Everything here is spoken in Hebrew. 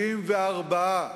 74,